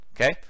Okay